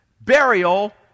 burial